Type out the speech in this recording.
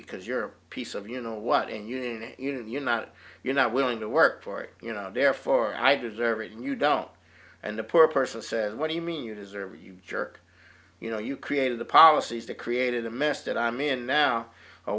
because you're a piece of you know what in you and you not you're not willing to work for it you know therefore i deserve it and you don't and the poor person says what do you mean you deserve you jerk you know you created the policies that created the mess that i'm in now